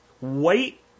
wait